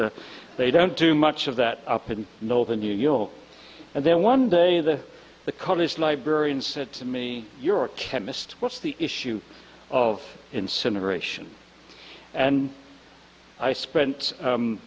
but they don't do much of that up in northern new york and then one day the the college librarian said to me you're a chemist what's the issue of incineration and i spent